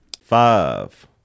Five